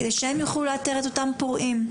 כדי שהן יוכלו לאתר את אותם פורעים.